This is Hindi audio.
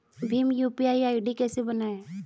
भीम यू.पी.आई आई.डी कैसे बनाएं?